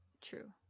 True